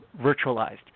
virtualized